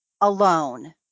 alone